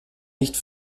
nicht